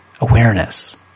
Awareness